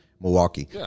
Milwaukee